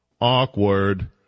Awkward